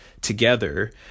together